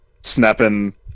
snapping